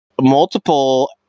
multiple